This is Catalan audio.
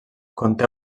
conté